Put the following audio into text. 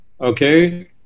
okay